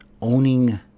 owning